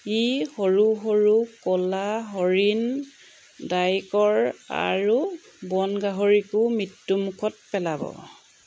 ই সৰু সৰু ক'লা হৰিণ ডাইকৰ আৰু বনগাহৰিকো মৃত্যুমুখত পেলাব